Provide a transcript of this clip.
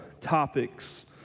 topics